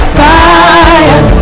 fire